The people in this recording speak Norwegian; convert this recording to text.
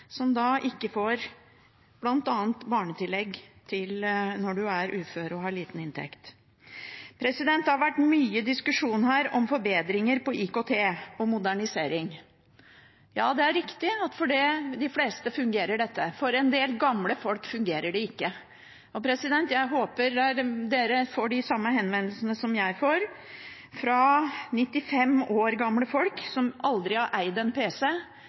er uføre og har liten inntekt, som bl.a. ikke får barnetillegg. Det har vært mye diskusjon her om forbedring og modernisering av IKT. Ja, det er riktig at for de fleste fungerer dette, men for en del gamle folk fungerer det ikke. Jeg håper flere får de samme henvendelsene som jeg får, fra 95 år gamle folk som aldri har eid en pc